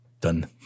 done